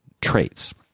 traits